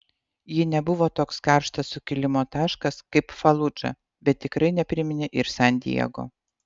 ji nebuvo toks karštas sukilimo taškas kaip faludža bet tikrai nepriminė ir san diego